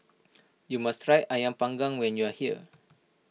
you must try Ayam Panggang when you are here